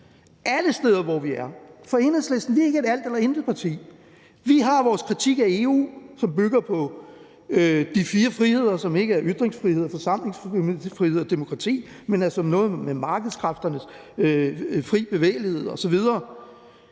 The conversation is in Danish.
alle steder, hvor vi er. For Enhedslisten er ikke et alt eller intet-parti. Vi har vores kritik af EU, som bygger på de fire friheder, som ikke er ytringsfrihed, forsamlingsfrihed og demokrati, men altså noget med markedskræfternes fri bevægelighed osv.,